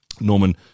Norman